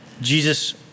jesus